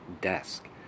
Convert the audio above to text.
desk